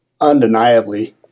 undeniably